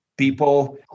people